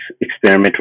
experimental